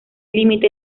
límite